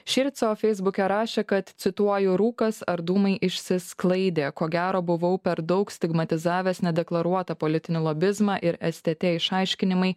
šįryt savo feisbuke rašė kad cituoju rūkas ar dūmai išsisklaidė ko gero buvau per daug stigmatizavęs nedeklaruotą politinį lobizmą ir stt išaiškinimai